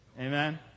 Amen